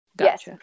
Yes